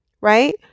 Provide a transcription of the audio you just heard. right